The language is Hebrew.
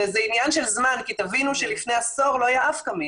וזה עניין של זמן כי לפני עשור לא היה אף קמין.